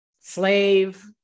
slave